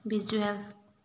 visual